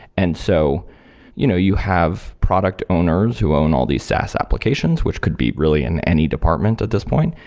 and so you know you have product owners who own all these saas applications, which could be really in any department at this point.